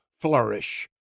flourish